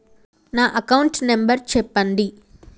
నా account number చెప్పండి?